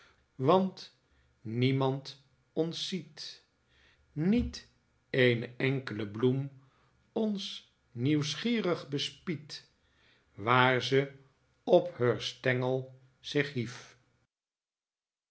want niemand ons ziet niet eene enkele bloem ons nieuwsgierig bespiedt waar ze op heur stengel zich hief